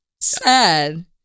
sad